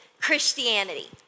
Christianity